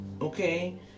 Okay